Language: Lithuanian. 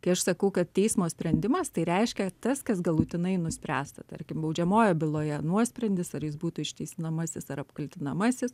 kai aš sakau kad teismo sprendimas tai reiškia tas kas galutinai nuspręsta tarkim baudžiamojoj byloje nuosprendis ar jis būtų išteisinamasis ar apkaltinamasis